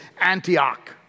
Antioch